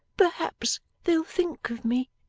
perhaps they'll think of me,